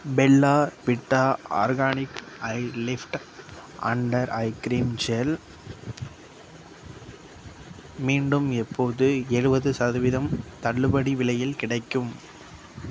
Bella Vita organic eye lift under eye cream gel மீண்டும் எப்போது எழுவது சதவீதம் தள்ளுபடி விலையில் கிடைக்கும்